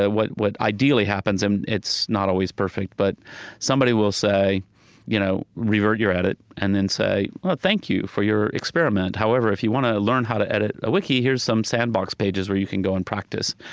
ah what what ideally happens and it's not always perfect but somebody will say you know revert your edit, and then say, oh, thank you for your experiment. however, if you want to learn how to edit a wiki, here's some sandbox pages where you can go and practice.